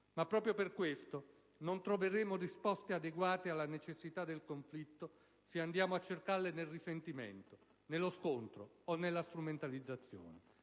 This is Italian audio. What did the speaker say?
Ma proprio per questo non troveremo risposte adeguate alle necessità del conflitto se andiamo a cercarle nel risentimento, nello scontro o nella strumentalizzazione.